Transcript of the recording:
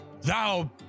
thou